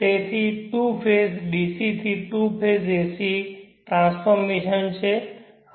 તેથી તે two phase dc થી ટુ ફેઝ એસી ટ્રાન્સફોર્મેશન છે